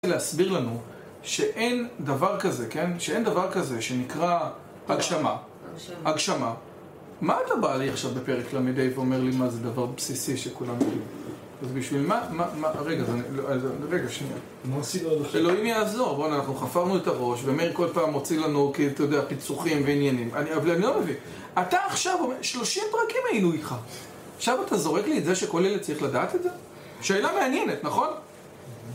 להסביר לנו שאין דבר כזה, כן? שאין דבר כזה שנקרא הגשמה הגשמה מה אתה בא לי עכשיו בפרק ל"ה ואומר לי מה זה דבר בסיסי שכולם יודעים אז בשביל מה, מה, מה, רגע, רגע שנייה אלוהים יעזור, בואנה אנחנו חפרנו את הראש ומאיר כל פעם מוציא לנו כאילו אתה יודע פיצוחים ועניינים אבל אני לא מבין, אתה עכשיו אומר, שלושים פרקים היינו איתך עכשיו אתה זורק לי את זה שכל אלה צריך לדעת את זה? שאלה מעניינת, נכון?